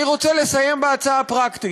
אני רוצה לסיים בהצעה פרקטית: